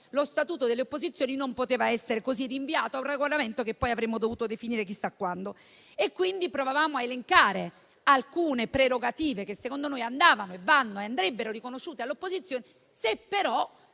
lo statuto delle opposizioni non poteva essere rinviato a un regolamento che poi avremmo dovuto definire chissà quando. Abbiamo quindi provato a elencare alcune prerogative che secondo noi andavano, vanno e andrebbero riconosciute all'opposizione, se però